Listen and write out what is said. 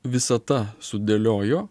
visata sudėliojo